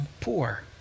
poor